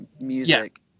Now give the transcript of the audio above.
music